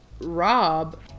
Rob